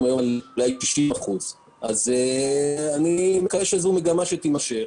שזו מגמה שתימשך.